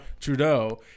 Trudeau